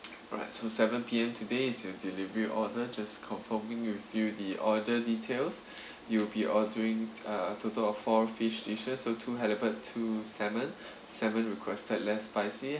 alright so seven P_M today is your delivery order just confirming with you the order details you will be ordering uh total of four fish dishes so two halibut two salmon salmon requested less spicy